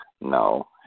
No